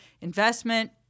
investment